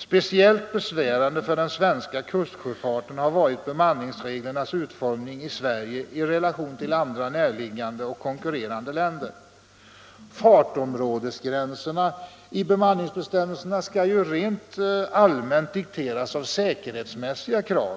Speciellt besvärande för den svenska kustsjöfarten har varit bemanningsreglernas utformning i Sverige i relation till andra närliggande och konkurrerande länder. Fartområdesgränserna i bemanningsbestämmelserna skall rent allmänt dikteras av säkerhetsmässiga krav.